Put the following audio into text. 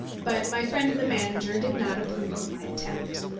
but my friend the manager did not approve of my attempt.